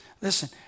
Listen